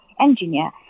engineer